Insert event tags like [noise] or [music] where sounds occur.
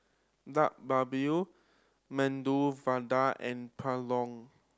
Dak [unintelligible] Medu Vada and Pulao